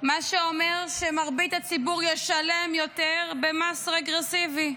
מה שאומר שמרבית הציבור ישלם יותר במס רגרסיבי.